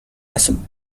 accept